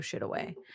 away